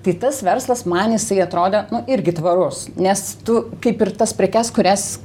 tai tas verslas man jisai atrodė nu irgi tvarus nes tu kaip ir tas prekes kurias